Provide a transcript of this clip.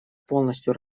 полностью